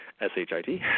S-H-I-T